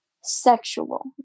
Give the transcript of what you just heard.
sexual